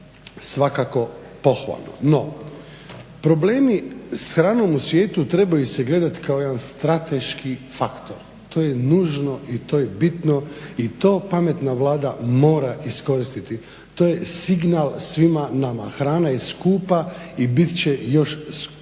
Svakako pohvalno. No, problemi s hranom u svijetu trebaju se gledati kao jedan strateški faktor. To je nužno i to je bitno i to pametna Vlada mora iskoristiti. To je signal svima nama. Hrana je skupa i bit će još skuplja.